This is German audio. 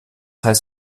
heißt